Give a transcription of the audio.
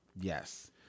Yes